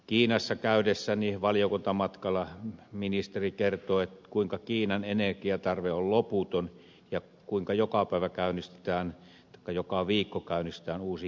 kiinassa valiokuntamatkalla käydessään ministeri kertoi kuinka kiinan energiatarve on loputon ja kuinka joka viikko käynnistetään uusi hiilivoimala